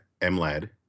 MLAD